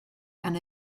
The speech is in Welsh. gan